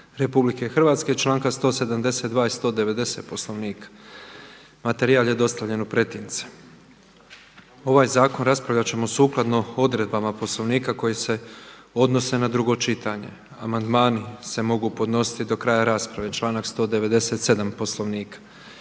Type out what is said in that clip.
Republike Hrvatske i članka 172. i 190. Poslovnika. Materijal je dostavljen u pretince. Ovaj zakon raspravljati ćemo sukladno odredbama Poslovnika koje se odnose na drugo čitanje. Amandmani se mogu podnositi do kraja rasprave. Članak 197. Poslovnika.